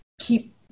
keep